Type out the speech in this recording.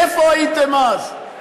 איפה הייתם אז?